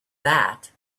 that